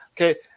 Okay